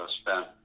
spent